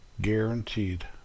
guaranteed